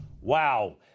Wow